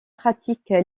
pratique